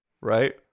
right